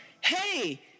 Hey